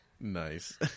Nice